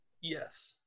Yes